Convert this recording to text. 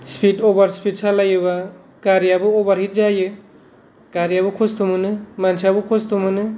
speed अभार speed सालायोबा गारियाबो अभार हिट जायो गारियाबो खस्थ' मोनो मानसियाबो खस्थ' मोनो